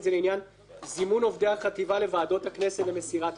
זימון עובדי החטיבה לוועדות הכנסת למסירת מידע,